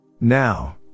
Now